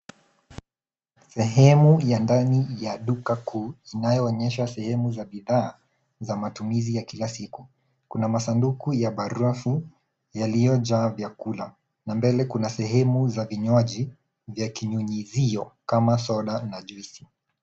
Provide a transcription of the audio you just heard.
Sehemu ya ndani ya duka kuu inayoonyesha sehemu ya bidhaa za matumizi ya kila siku. Kuna masanduku ya barafu yaliyojaa vyakula na mbele kuna sehemu za vinywaji ya kinyunyizio kama soda na juisi.